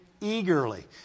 eagerly